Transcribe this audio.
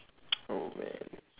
!aww! man